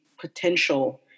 potential